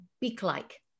beak-like